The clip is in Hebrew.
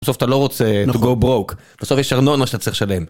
בסוף אתה לא רוצה to go broke, בסוף יש ארנונה שאתה צריך לשלם.